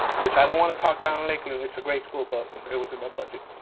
which i don't wanna talk down lakeland, it's a great school, but it was in my budget.